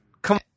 Come